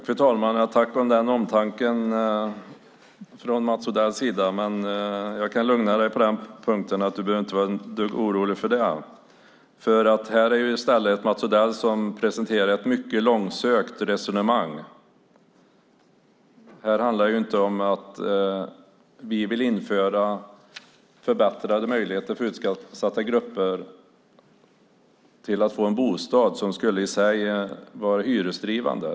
Fru talman! Tack för omtanken, Mats Odell! Jag kan lugna dig med att du inte behöver vara ett dugg orolig för det. Mats Odell presenterar ett mycket långsökt resonemang. Det handlar inte om att vi vill införa förbättrade möjligheter för utsatta grupper att få en bostad som skulle vara hyresdrivande.